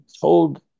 told